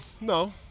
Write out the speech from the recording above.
No